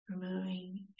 removing